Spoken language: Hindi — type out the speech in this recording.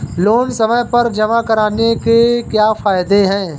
लोंन समय पर जमा कराने के क्या फायदे हैं?